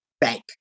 bank